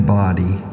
body